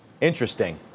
Interesting